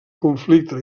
conflicte